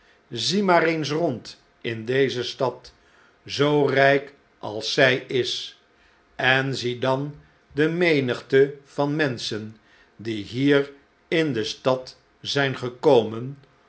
zie maar eens rond in deze stad zoo rijk als zij is en zie dan de menigte van menschen die hier in de stad zijn gekomen